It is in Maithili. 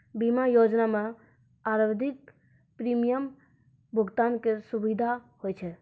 बीमा योजना मे आवधिक प्रीमियम भुगतान के सुविधा होय छै